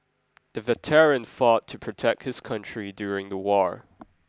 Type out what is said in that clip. the veteran fought to protect his country during the war